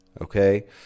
Okay